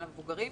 על המבוגרים.